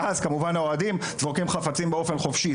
ואז כמובן האוהדים זורקים חפצים באופן חופשי.